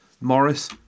Morris